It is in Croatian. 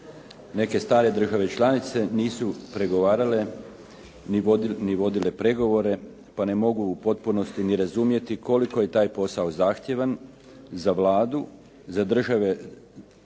Neke stare države članice nisu pregovarale ni vodile pregovore, pa ne mogu u potpunosti ni razumjeti koliko je taj posao zahtjevan za Vladu, za države u